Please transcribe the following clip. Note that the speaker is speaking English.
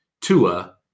Tua